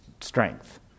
strength